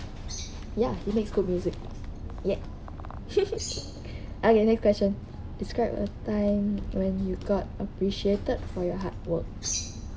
ya he makes good music yeah okay next question describe a time when you got appreciated for your hard work